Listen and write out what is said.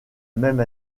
même